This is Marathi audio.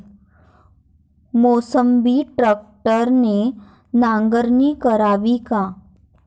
मोसंबीमंदी ट्रॅक्टरने नांगरणी करावी का?